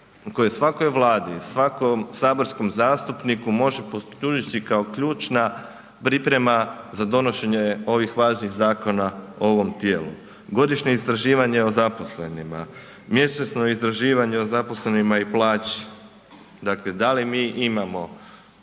koje svakoj vladi i svakom saborskom zastupniku može poslužiti kao ključna priprema za donošenje ovih važnih zakona u ovom tijelu. Godišnje istraživanje o zaposlenima, mjesečno istraživanje o zaposlenima i plaći, dakle da li mi imamo